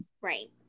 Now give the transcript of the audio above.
right